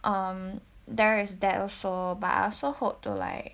um there is that also but I also hope to like